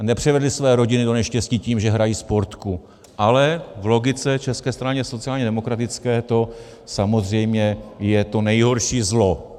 Nepřivedli své rodiny do neštěstí tím, že hrají Sportku, ale v logice České strany sociálně demokratické to samozřejmě je to nejhorší zlo.